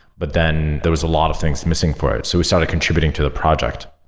but then there was a lot of things missing for it. so we started contributing to the project.